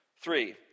Three